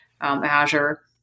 Azure